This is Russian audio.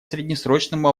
среднесрочному